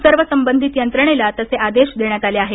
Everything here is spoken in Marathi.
सर्व संबंधित यंत्रणेला तसे आदेश देण्यात आले आहेत